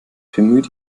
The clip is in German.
bemüht